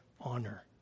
honor